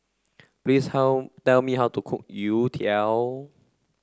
please how tell me how to cook Youtiao